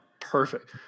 Perfect